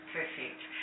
Perfect